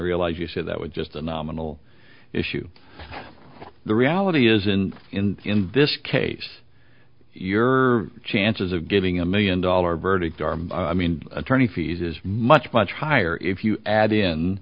realize you said that was just a nominal issue the reality is and in this case your chances of getting a million dollar verdict are i mean attorney fees is much much higher if you add in